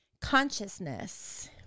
Consciousness